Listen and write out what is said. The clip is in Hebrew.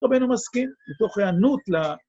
רבינו מסכים, מתוך הענות ל...